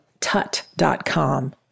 tut.com